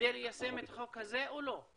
כדי ליישם את החוק הזה או לא?